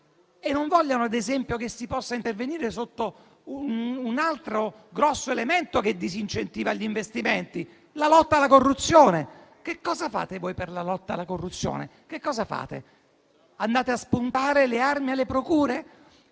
e non vogliano, ad esempio, che si possa intervenire su un altro grosso elemento che disincentiva gli investimenti, come la lotta alla corruzione? Che cosa fate voi per la lotta alla corruzione? Andate a spuntare le armi alle procure?